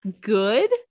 good